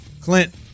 Clint